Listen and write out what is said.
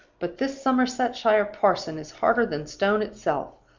but this somersetshire parson is harder than stone itself.